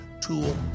tool